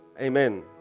amen